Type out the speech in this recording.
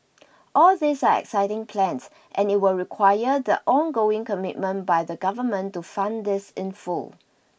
all these are exciting plans and it will require the ongoing commitment by the Government to fund this in full